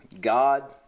God